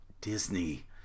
Disney